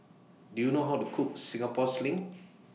Do YOU know How to Cook Singapore Sling